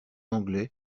anglais